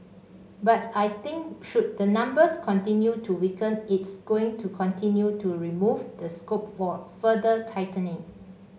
but I think should the numbers continue to weaken it's going to continue to remove the scope for further tightening